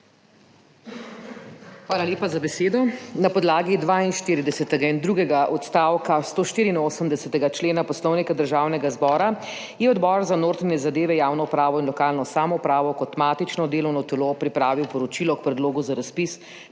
Hvala lepa za besedo. Na podlagi 42. in drugega odstavka 184. člena Poslovnika Državnega zbora, je Odbor za notranje zadeve, javno upravo in lokalno samoupravo kot matično delovno telo pripravil poročilo k predlogu za razpis